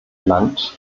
land